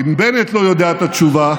אם בנט לא יודע את התשובה,